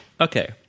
Okay